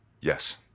Yes